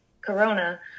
Corona